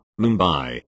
Mumbai